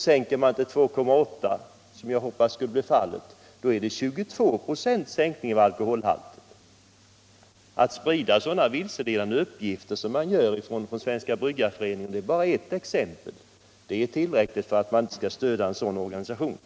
Sänker man till 2,8 26, som jag hoppas skall bli fallet, är det 22 26 sänkning av alkoholhalten. Att det sprids sådana vilseledande uppgifter från Svenska bryggareföreningen — bara ett exempel — är tillräckligt för att vi inte skall stödja en sådan organisation.